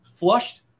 Flushed